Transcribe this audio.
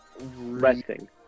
resting